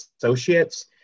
associates